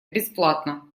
бесплатно